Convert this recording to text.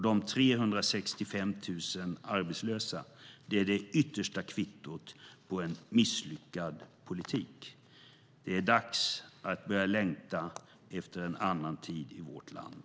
De 365 000 arbetslösa är det yttersta kvittot på en misslyckad politik. Det är dags att börja längta efter en annan tid i vårt land.